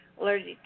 allergic